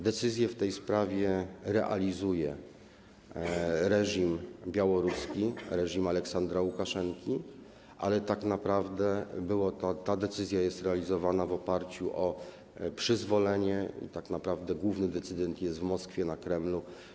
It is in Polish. Decyzję w tej sprawie realizuje reżim białoruski, reżim Aleksandra Łukaszenki, ale tak naprawdę ta decyzja jest realizowana w oparciu o przyzwolenie i tak naprawdę główny decydent jest w Moskwie, na Kremlu.